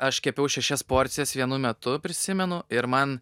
aš kepiau šešias porcijas vienu metu prisimenu ir man